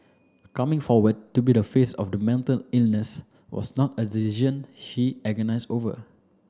coming forward to be the face of the mental illness was not a decision she agonized over